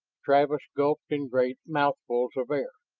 travis gulped in great mouthfuls of air.